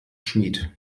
schmied